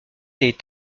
est